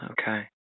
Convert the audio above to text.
Okay